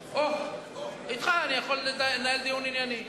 אוה, אתך אני יכול לנהל דיון ענייני.